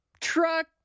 truck